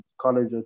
college